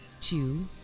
two